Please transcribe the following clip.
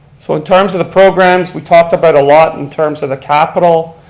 so in terms of the programs, we talked about a lot in terms of the capital.